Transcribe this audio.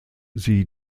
sie